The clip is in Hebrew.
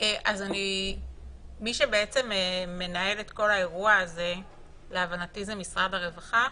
מי שמנהל את כל האירוע הזה להבנתי זה משרד הרווחה.